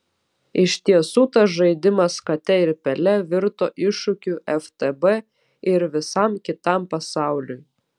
iš tiesų tas žaidimas kate ir pele virto iššūkiu ftb ir visam kitam pasauliui